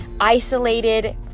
Isolated